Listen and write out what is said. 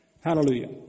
Hallelujah